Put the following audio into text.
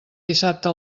dissabte